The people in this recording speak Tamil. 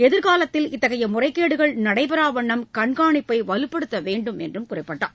எதிர்காலத்தில் இத்தகைய முறைகேடுகள் நடைபெறா வண்ணம் கண்காணிப்பை வலுப்படுத்த வேண்டும் என்று குறிப்பிட்டார்